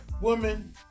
Woman